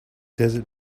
desert